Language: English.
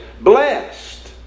Blessed